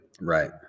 Right